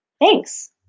Thanks